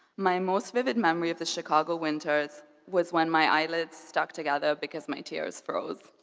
my most vivid memory of the chicago winters was when my eyelids stuck together because my tears froze.